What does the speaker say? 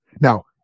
Now